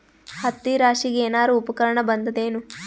ಹತ್ತಿ ರಾಶಿಗಿ ಏನಾರು ಉಪಕರಣ ಬಂದದ ಏನು?